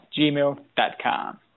gmail.com